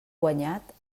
guanyat